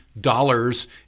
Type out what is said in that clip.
dollars